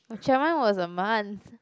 Chiang-Mai was a month